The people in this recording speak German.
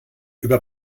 über